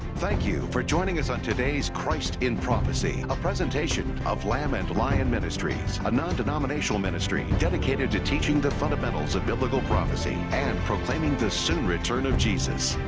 thank you for joining us on today's christ in prophecy, a presentation of lamb and lion ministries, a non-denominational ministry dedicated to teaching the fundamentals of biblical prophecy and proclaiming the soon return of jesus.